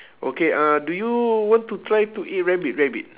okay uh do you want to try to eat rabbit rabbit